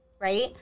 right